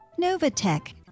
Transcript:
NovaTech